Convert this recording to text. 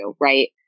Right